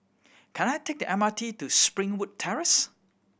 can I take the M R T to Springwood Terrace